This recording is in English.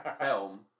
film